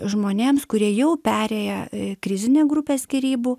žmonėms kurie jau perėję krizinę grupę skyrybų